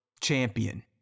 champion